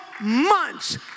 months